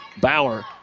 Bauer